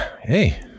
Hey